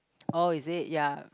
oh is it ya